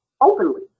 openly